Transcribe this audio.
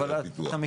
אבל אתה מכיר,